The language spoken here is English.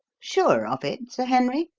sure of it, sir henry?